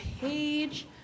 page